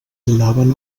donaven